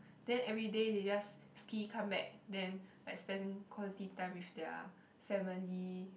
then every day they just ski come back then like spent quality time with their family